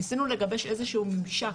ניסינו לגבש איזה שהוא ממשק,